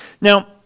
Now